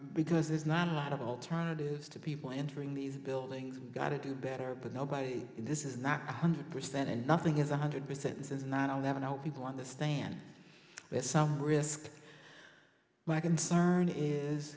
because there's not a lot of alternatives to people entering these buildings got do better but nobody in this is not one hundred percent and nothing is one hundred percent since nine eleven now people understand there's some risk my concern is